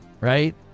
right